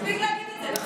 מספיק להגיד את זה.